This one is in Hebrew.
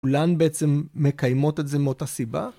-ולן בעצם, מקיימות את זה מאותה סיבה?